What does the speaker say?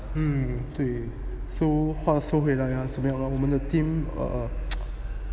um 对 so 话说回来啊怎么样啦我们的 team err